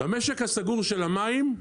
במשק הסגור של המים,